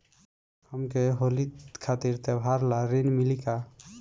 हमके होली खातिर त्योहार ला ऋण मिली का?